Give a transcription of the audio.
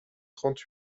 trente